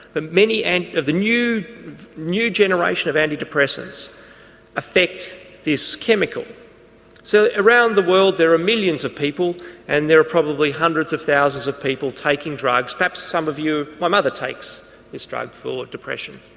many and of the new new generation of anti-depressants affect this chemical so around the world there are millions of people and there are probably hundreds of thousands of people taking drugs, perhaps some of you, my mother takes this drug for depression.